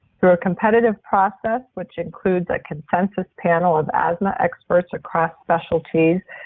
through a competitive process, which includes that consensus panel of asthma experts across specialties,